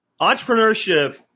Entrepreneurship